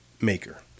maker